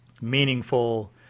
meaningful